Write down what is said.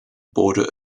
border